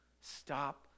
Stop